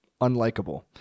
unlikable